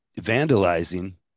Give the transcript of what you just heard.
vandalizing